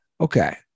Okay